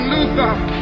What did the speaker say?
Luther